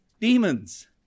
demons